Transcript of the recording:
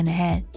Ahead